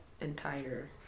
entire